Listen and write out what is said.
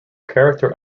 character